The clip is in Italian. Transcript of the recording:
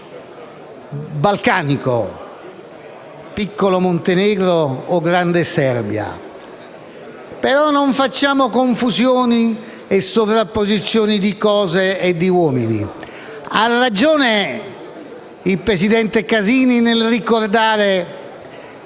balcanico, piccolo Montenegro o grande Serbia. Però non facciamo confusioni e sovrapposizioni di situazioni e di uomini. Ha ragione il presidente Casini nel ricordare